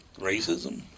racism